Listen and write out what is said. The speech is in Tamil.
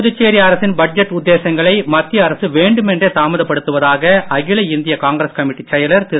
புதுச்சேரி அரசின் பட்ஜெட் உத்தேசங்களை மத்திய அரசு வேண்டுமென்றே தாமதப்படுத்துவதாக அகில இந்திய காங்கிரஸ் கமிட்டி செயலர் திரு